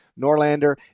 Norlander